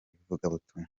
ivugabutumwa